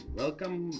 welcome